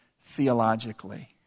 theologically